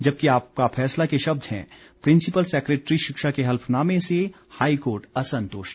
जबकि आपका फैसला के शब्द हैं प्रिंसिपल सेकेटरी शिक्षा के हल्फनामें से हाईकोर्ट असंतुष्ट